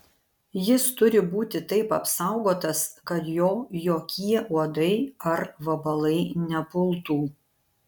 jis turi būti taip apsaugotas kad jo jokie uodai ar vabalai nepultų